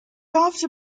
after